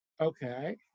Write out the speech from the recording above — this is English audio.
Okay